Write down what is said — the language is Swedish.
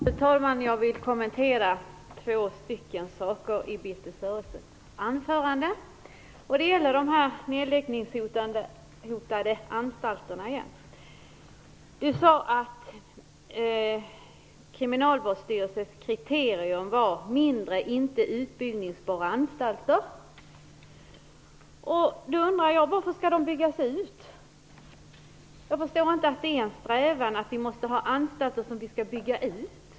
Fru talman! Jag vill kommentera två saker i Birthe Sörestedts anförande. Det gäller återigen de nedläggningshotade anstalterna. Birthe Sörestedt sade att Kriminalvårdsstyrelsens kriterium var mindre, utbyggbara anstalter. Då undrar jag: Varför skall de byggas ut? Jag förstår inte varför vi skall ha en strävan att bygga ut anstalter.